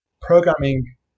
programming